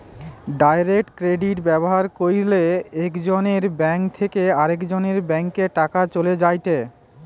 direct credit ব্যবহার কইরলে একজনের ব্যাঙ্ক থেকে আরেকজনের ব্যাংকে টাকা চলে যায়েটে